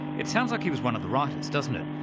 it sounds like he was one of the writers doesn't it?